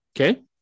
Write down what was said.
okay